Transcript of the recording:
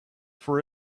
for